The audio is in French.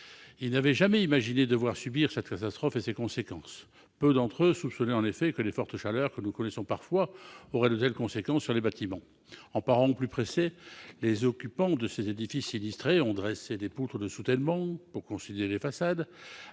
Ils n'auraient jamais imaginé devoir endurer une telle catastrophe et ses conséquences. Peu d'entre eux soupçonnaient en effet que les fortes chaleurs que nous connaissons parfois auraient de tels effets sur les bâtiments. En parant au plus pressé, les occupants de ces édifices sinistrés ont dressé des poutres de soutènement pour consolider les façades